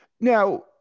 now